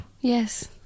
Yes